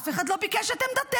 אף אחד לא ביקש את עמדתך.